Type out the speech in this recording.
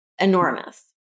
enormous